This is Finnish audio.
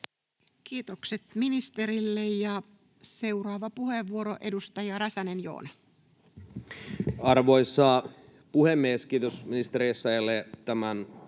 Kiitokset ministerille. — Seuraava puheenvuoro, edustaja Räsänen, Joona. Arvoisa puhemies! Kiitos ministeri Essayah’lle tämän